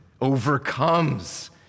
overcomes